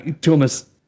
Thomas